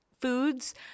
foods